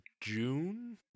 June